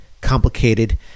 complicated